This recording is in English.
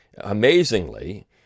amazingly